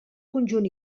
conjunt